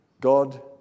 God